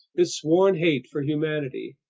his sworn hate for humanity,